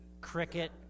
Cricket